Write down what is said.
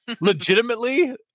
legitimately